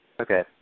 Okay